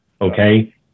Okay